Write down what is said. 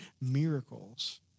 miracles